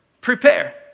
prepare